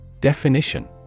Definition